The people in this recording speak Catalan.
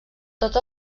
tots